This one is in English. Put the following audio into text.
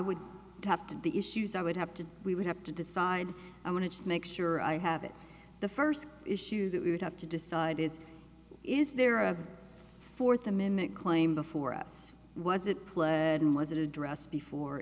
would have to the issues i would have to we would have to decide i want to just make sure i have it the first issue that we would have to decide is is there a fourth amendment claim before us was it was in was addressed before